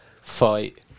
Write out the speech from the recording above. fight